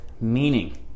meaning